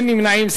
אין נמנעים.